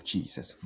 Jesus